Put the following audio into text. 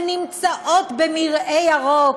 שנמצאות במרעה ירוק,